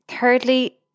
Thirdly